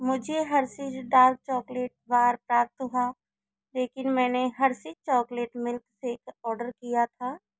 मुझे Hershey's dark chocolate bar प्राप्त हुआ लेकिन मैंने Hershey's chocolate milkshake order किया था